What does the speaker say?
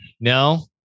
No